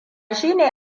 shine